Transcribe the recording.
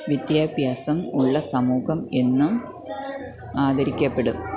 വിദ്യാഭ്യാസം ഉള്ള സമൂഹം എന്നും ആദരിക്കപ്പെടും